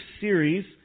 series